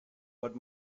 what